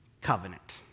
covenant